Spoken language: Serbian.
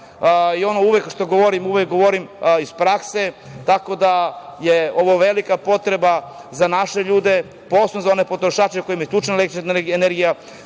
i ono što govorim uvek govorim iz prakse, tako da je ovo velika potreba za naše ljude, posebno za one potrošače kojima je isključena električna energija,